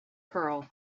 pearl